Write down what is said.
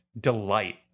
delight